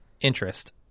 Interest